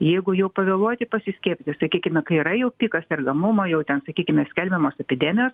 jeigu jau pavėluoti pasiskiepyti sakykime kai yra jau pikas sergamumo jau ten sakykime skelbiamos epidemijos